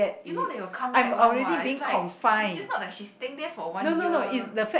you know they will come back one what it's like it's it's not like she's staying there for one year